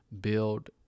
Build